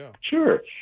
Sure